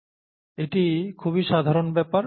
এটি খুবই সাধারণ ব্যাপার